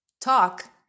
talk